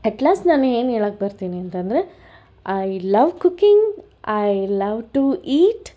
at last ನಾನು ಏನು ಹೇಳೋಕ್ಕೆ ಬರ್ತೀನಿ ಅಂತಂದ್ರೆ I love cooking I love to heat